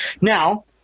now